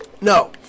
No